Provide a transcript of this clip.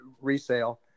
resale